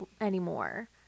anymore